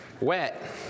Wet